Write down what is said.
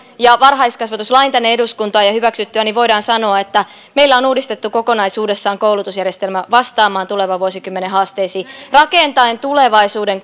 ja varhaiskasvatuslain tänne eduskuntaan ja hyväksyttyä voidaan sanoa että meillä on uudistettu kokonaisuudessaan koulutusjärjestelmä vastaamaan tulevan vuosikymmenen haasteisiin rakentaen tulevaisuuden